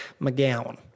McGowan